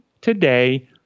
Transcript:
today